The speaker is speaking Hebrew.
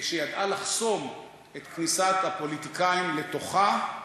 שידעה לחסום את כניסת הפוליטיקאים לתוכה.